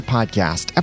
Podcast